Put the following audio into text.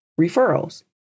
referrals